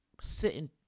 sitting